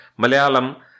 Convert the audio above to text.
Malayalam